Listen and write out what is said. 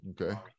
okay